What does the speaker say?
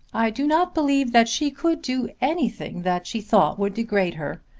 i do not believe that she could do anything that she thought would degrade her.